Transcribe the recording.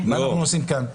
מה אנחנו עושים כאן?